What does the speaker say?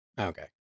Okay